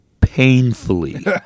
painfully